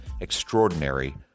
extraordinary